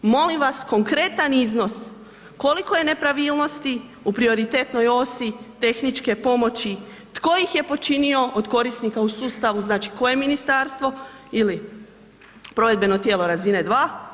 Molim vas konkretan iznos koliko je nepravilnosti u prioritetnoj osi tehničke pomoći, tko ih je počinio od korisnika u sustavu, znači koje ministarstvo ili provedbeno tijelo razine dva.